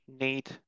need